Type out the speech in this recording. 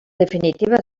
definitiva